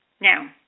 Now